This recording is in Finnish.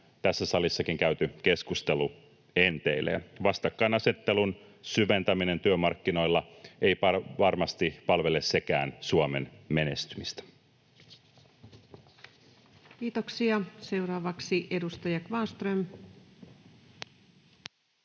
tässä salissa käyty keskustelukin enteilee. Vastakkainasettelun syventäminen työmarkkinoilla ei varmasti sekään palvele Suomen menestymistä. Kiitoksia. — Seuraavaksi edustaja Kvarnström.